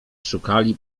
szukali